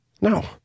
No